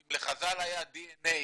שאם לחז"ל היה דנ"א